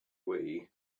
wii